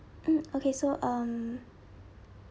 mm okay so um